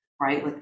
Right